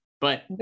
but-